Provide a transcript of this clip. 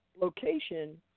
location